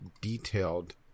detailed